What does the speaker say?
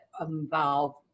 involve